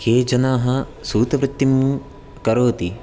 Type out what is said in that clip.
के जनाः सूतवृत्तिं करोति